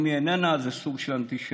אם היא איננה אז זה סוג של אנטישמיות.